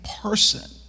person